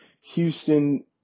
Houston